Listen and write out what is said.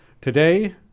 Today